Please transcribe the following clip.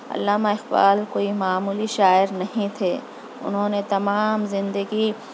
علامہ اقبال کوئی معمولی شاعر نہیں تھے انہوں نے تمام زندگی